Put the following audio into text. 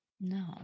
No